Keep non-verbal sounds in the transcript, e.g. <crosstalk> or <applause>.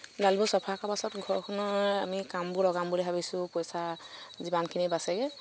ডালবোৰ চাফা কৰা পাছত <unintelligible> আমি কামবোৰ লগাম বুলি ভাবিছো পইচা যিমানখিনি বাচেগৈ